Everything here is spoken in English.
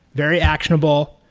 very actionable.